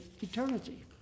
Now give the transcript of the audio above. eternity